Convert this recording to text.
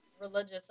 religious